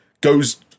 goes